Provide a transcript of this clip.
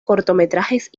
cortometrajes